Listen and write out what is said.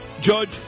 Judge